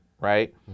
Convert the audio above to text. Right